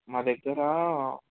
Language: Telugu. మా దగ్గర